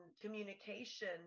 communication